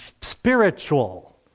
spiritual